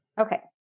Okay